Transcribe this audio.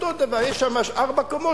אותו דבר: יש שמה ארבע קומות,